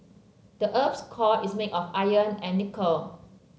the earth's core is made of iron and nickel